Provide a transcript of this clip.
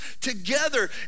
together